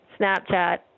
Snapchat